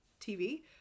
TV